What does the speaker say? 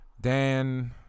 Dan